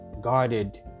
guarded